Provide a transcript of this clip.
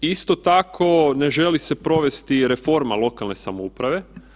Isto tako ne želi se provesti reforma lokalne samouprave.